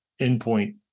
endpoint